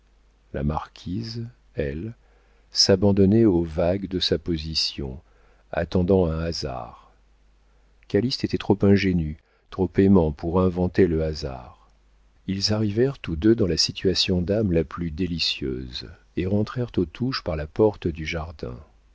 la marquise elle s'abandonnait au vague de sa position attendant un hasard calyste était trop ingénu trop aimant pour inventer le hasard ils arrivèrent tous deux dans la situation d'âme la plus délicieuse et rentrèrent aux touches par la porte du jardin